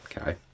Okay